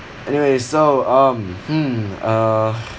anyways so um hmm uh